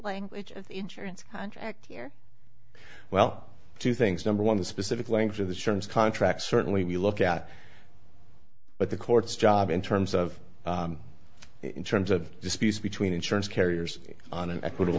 language of insurance contract here well two things number one the specific length of the terms contract certainly we look at what the court's job in terms of in terms of disputes between insurance carriers on an equitable